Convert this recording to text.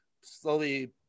slowly